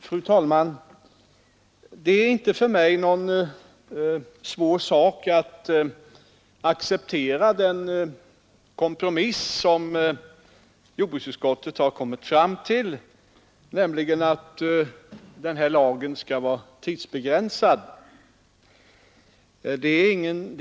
Fru talman! Det är för mig inte svårt att acceptera den kompromiss som jordbruksutskottet har kommit fram till, nämligen att lagen skall vara tidsbegränsad.